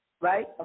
Right